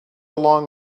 long